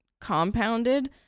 compounded